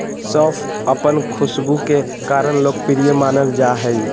सौंफ अपन खुशबू के कारण लोकप्रिय मानल जा हइ